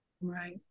Right